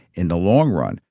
in the long run,